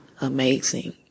amazing